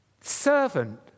Servant